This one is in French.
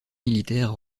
militaire